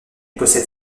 possède